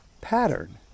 pattern